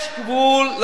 יש גבול.